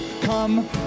Come